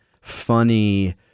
funny